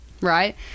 Right